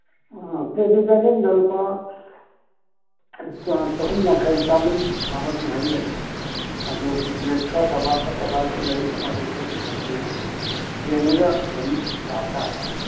ꯑꯥ ꯄ꯭ꯂꯦꯠꯇꯨ ꯗ꯭ꯔꯖꯟꯗ ꯂꯨꯄꯥ ꯆꯍꯨꯝ ꯌꯥꯡꯈꯩ ꯆꯃꯔꯤ ꯁꯥꯕ ꯁꯨꯃꯥꯏ ꯂꯩ ꯑꯗꯨ ꯄ꯭ꯂꯦꯠ ꯈꯔ ꯐꯕ ꯐꯠꯇꯕꯁꯨ ꯂꯩ ꯌꯦꯡꯉꯒ ꯑꯗꯨꯝ ꯁꯥꯕ ꯇꯥꯔꯦ